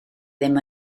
ddim